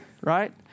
right